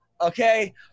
okay